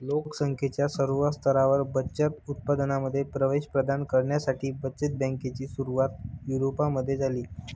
लोक संख्येच्या सर्व स्तरांवर बचत उत्पादनांमध्ये प्रवेश प्रदान करण्यासाठी बचत बँकेची सुरुवात युरोपमध्ये झाली